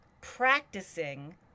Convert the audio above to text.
practicing